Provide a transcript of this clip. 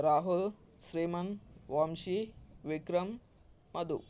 Rahul Shriman Vamsi Vikram Madhu